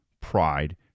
pride